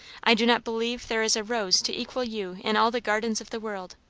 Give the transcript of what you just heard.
i do not believe there is a rose to equal you in all the gardens of the world.